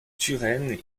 turenne